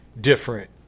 different